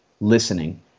listening